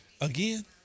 Again